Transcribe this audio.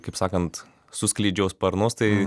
kaip sakant suskleidžiau sparnus tai